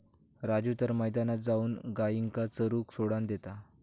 राजू तर मैदानात जाऊन गायींका चरूक सोडान देता